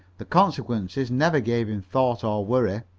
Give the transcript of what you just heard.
the consequences never gave him a thought or worry.